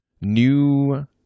new